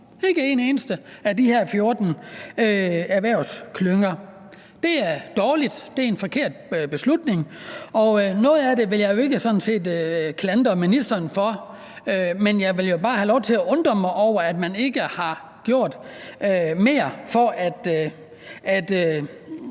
ikke en eneste af de her 14 erhvervsklynger. Det er dårligt, det er en forkert beslutning. Og noget af det vil jeg sådan set ikke klandre ministeren for, men jeg vil jo bare have lov til at undre mig over, at man ikke har gjort mere for at